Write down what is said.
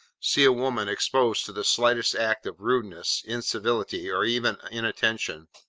see a woman exposed to the slightest act of rudeness, incivility, or even inattention.